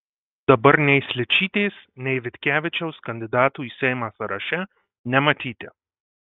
dabar nei sličytės nei vitkevičiaus kandidatų į seimą sąraše nematyti